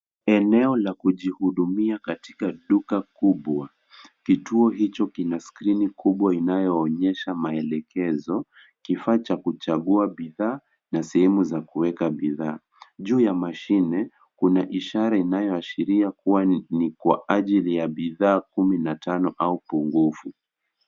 Eneo la kujihudumia katika duka kubwa. Kituo hicho kina skrini kubwa inayoonyesha maelekezo, kifaa cha kuchagua bidhaa na sehemu za kuweka bidhaa. Juu ya mashine, kuna ishara inayoashiria kuwa ni kwa ajili ya bidhaa kumi na tano au pungufu.